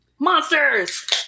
Monsters